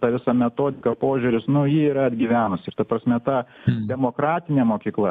ta visa metodika požiūris nu ji yra atgyvenusi ir ta prasme ta demokratinė mokykla